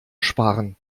sparen